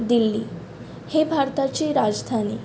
दिल्ली हें भारताची राजधानी